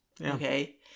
Okay